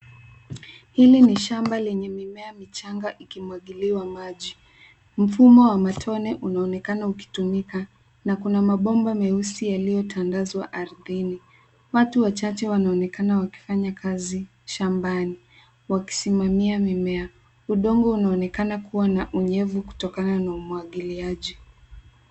Hili ni shamba lenye mimea michanga ikimwagiliwa maji, mfumo wa matone unaonekana ukitumika na kuna mabomba meusi yaliyotandazwa ardhini. Watu wachache wanaonekana wakifanya kazi shambani wakisimamia mimea. Udongo unaonekana kuwa na unyevu kutokana na umwagiliaji.